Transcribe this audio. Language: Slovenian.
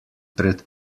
pred